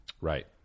Right